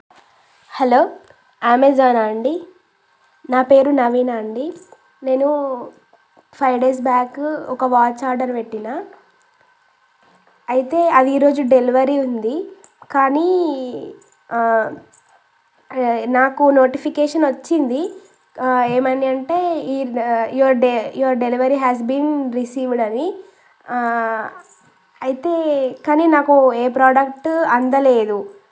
hello అమెజానా అండి నా పేరు నవీన అండి నేను ఫైవ్ డేస్ బ్యాక్ ఒక వాచ్ ఆర్డర్ పెట్టిన అయితే అది ఈరోజు డెలివరీ ఉంది కానీ నాకు నోటిఫికేషన్ వచ్చింది ఏమని అంటే ఈ యువర్ డె your delivery has been received అని అయితే కానీ నాకు ఏ ప్రాడక్ట్ అందలేదు